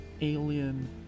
alien